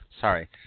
Sorry